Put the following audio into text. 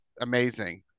amazing